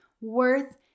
worth